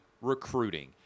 recruiting